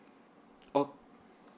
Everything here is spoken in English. ok